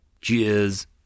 Cheers